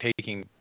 taking